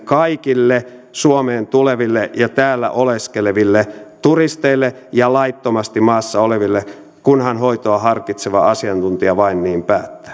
kaikille suomeen tuleville ja täällä oleskeleville turisteille ja laittomasti maassa oleville kunhan hoitoa harkitseva asiantuntija vain niin päättää